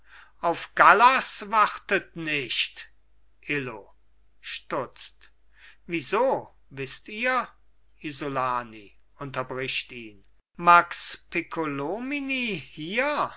auf gallas wartet nicht illo stutzt wieso wißt ihr isolani unterbricht ihn max piccolomini hier